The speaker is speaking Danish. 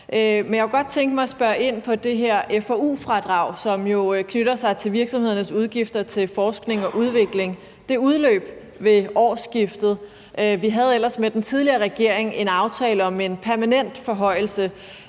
Men jeg kunne godt tænke mig at spørge ind til det F&U-fradrag, som knytter sig til virksomhedernes udgifter til forskning og udvikling. Det udløb ved årsskiftet. Vi havde ellers med den tidligere regering en aftale om en permanent forhøjelse,